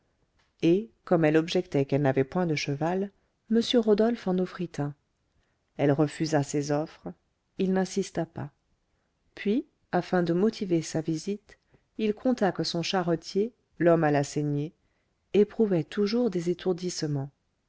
et comme elle objectait qu'elle n'avait point de cheval m rodolphe en offrit un elle refusa ses offres il n'insista pas puis afin de motiver sa visite il conta que son charretier l'homme à la saignée éprouvait toujours des étourdissements